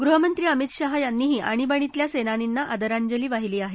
गृहमंत्री अमित शहा यांनीही आणिबाणीतल्या सेनानींना आदरांजली वाहिली आहे